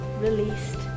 released